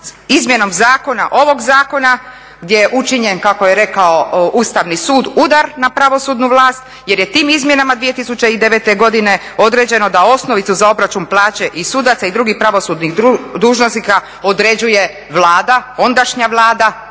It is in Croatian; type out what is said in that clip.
izmjenom zakona, ovog zakona gdje je učinjen kako je rekao Ustavni sud udar na pravosudnu vlast, jer je tim izmjenama 2009. godine određeno da osnovicu za obračun plaće i sudaca i drugih pravosudnih dužnosnika određuje Vlada, ondašnja Vlada